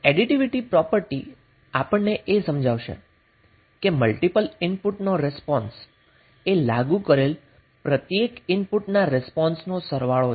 additivity property આપણને એ સમજાવશે કે મલ્ટીપલ ઇનપુટનો રીસ્પોન્સ એ લાગુ કરેલ પ્રત્યેક ઈનપુટ ના રીસ્પોન્સ નો સરવાળો છે